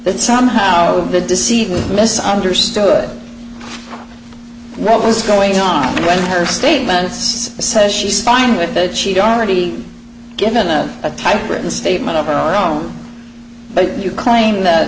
that somehow the deceived miss understood what was going on and when her statements says she's fine with that she'd already given a type written statement of our own but you claim that